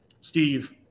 Steve